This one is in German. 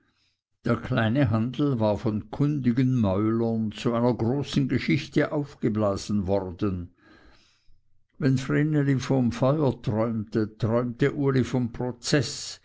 der kleine handel war von kundigen mäulern zu einer großen geschichte aufgeblasen worden wenn vreneli vom feuer träumte träumte uli vom prozeß